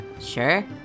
sure